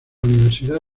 universidad